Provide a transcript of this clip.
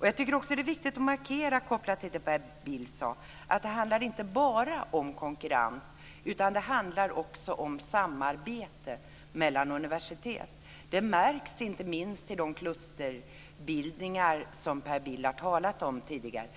Jag tycker att det är viktigt att markera - kopplat till det som Per Bill sade - att det inte bara handlar om konkurrens, utan det handlar också om samarbete mellan universitet. Det märks inte minst i de klusterbildningar som Per Bill talade om tidigare.